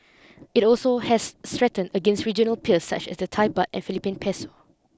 it also has strengthened against regional peers such as the Thai baht and Philippine Peso